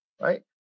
right